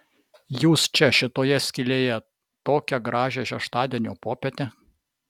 jūs čia šitoje skylėje tokią gražią šeštadienio popietę